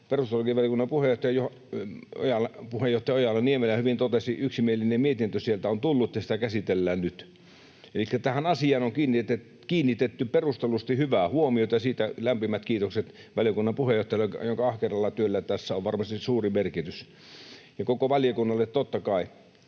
perustuslakivaliokunnan puheenjohtaja Ojala-Niemelä hyvin totesi, yksimielinen mietintö sieltä on tullut ja sitä käsitellään nyt. Elikkä tähän asiaan on kiinnitetty perustellusti hyvää huomiota, ja siitä lämpimät kiitokset valiokunnan puheenjohtajalle, jonka ahkeralla työllä tässä on varmasti suuri merkitys, ja koko valiokunnalle, totta kai.